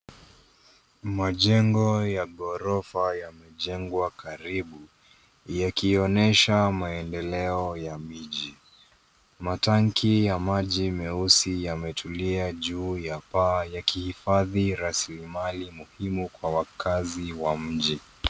Majengo ya gorofa yamejengwa karibu yakionyesha maendeleo ya miji. Matanki ya maji meusi yametulia juu ya paa yakihifadhi raslimali muhimu kwa wakazi wa mji.